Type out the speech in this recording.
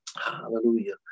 hallelujah